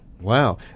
Wow